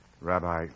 Rabbi